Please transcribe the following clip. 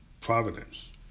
Providence